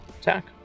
attack